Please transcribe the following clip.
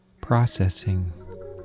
processing